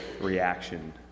reaction